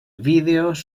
vídeos